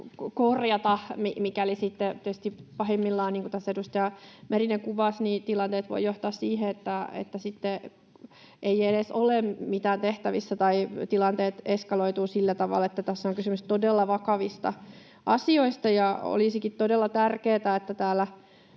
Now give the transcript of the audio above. niin kuin tässä edustaja Merinen kuvasi, tilanteet voivat johtaa siihen, että sitten ei edes ole mitään tehtävissä tai tilanteet eskaloituvat sillä tavalla, että on kysymys todella vakavista asioista. Olisikin todella tärkeätä, kun tästä